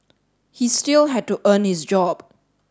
he still had to earn his job